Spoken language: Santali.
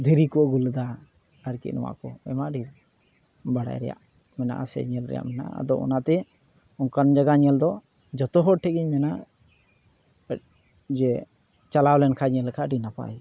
ᱫᱷᱤᱨᱤᱠᱚ ᱟᱹᱜᱩᱞᱮᱫᱟ ᱟᱨᱠᱤ ᱱᱚᱣᱟᱠᱚ ᱟᱭᱢᱟ ᱰᱷᱮᱨ ᱵᱟᱲᱟᱭ ᱨᱮᱭᱟᱜ ᱢᱮᱱᱟᱜᱼᱟ ᱥᱮ ᱧᱮᱞ ᱨᱮᱭᱟᱜ ᱢᱮᱱᱟᱜᱼᱟ ᱟᱫᱚ ᱚᱱᱟᱛᱮ ᱚᱱᱠᱟᱱ ᱡᱟᱭᱜᱟ ᱧᱮᱞᱫᱚ ᱡᱚᱛᱚᱦᱚᱲ ᱴᱷᱮᱡᱤᱧ ᱢᱮᱱᱟ ᱡᱮ ᱪᱟᱞᱟᱣᱞᱮᱱ ᱠᱷᱟᱡ ᱧᱮᱞ ᱞᱮᱠᱷᱟᱡ ᱟᱹᱰᱤ ᱱᱟᱯᱟᱭ